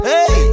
Hey